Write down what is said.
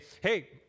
hey